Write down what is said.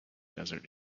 desert